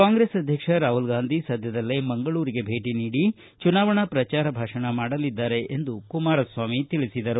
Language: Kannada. ಕಾಂಗ್ರೆಸ್ ಅಧ್ಯಕ್ಷ ರಾಹುಲ್ ಗಾಂಧಿ ಸದ್ಯದಲ್ಲೇ ಮಂಗಳೂರಿಗೆ ಭೇಟ ನೀಡಿ ಚುನಾವಣಾ ಶ್ರಚಾರ ಭಾಷಣ ಮಾಡಲಿದ್ದಾರೆ ಎಂದು ಕುಮಾರಸ್ವಾಮಿ ತಿಳಿಸಿದರು